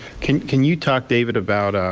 can can you talk, david, about